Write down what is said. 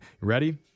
Ready